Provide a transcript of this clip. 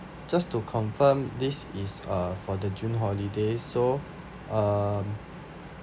just to confirm this is uh for the june holidays so um